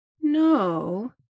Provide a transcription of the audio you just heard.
No